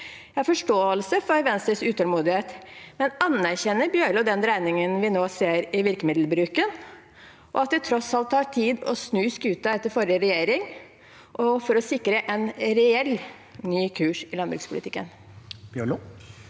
Jeg har forståelse for Venstres utålmodighet, men anerkjenner Bjørlo den dreiningen vi nå ser i virkemiddelbruken, og at det tross alt tar tid å snu skuta etter forrige regjering og for å sikre en reell ny kurs i landbrukspolitikken?